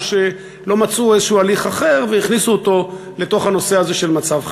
או שלא מצאו איזה הליך אחר והכניסו אותו לנושא הזה של מצב חירום.